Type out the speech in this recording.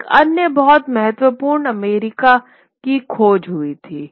एक अन्य बहुत महत्वपूर्ण अमेरिका की खोज हुई थी